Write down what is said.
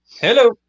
Hello